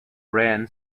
ran